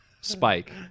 spike